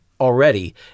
Already